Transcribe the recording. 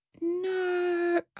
no